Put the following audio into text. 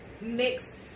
mixed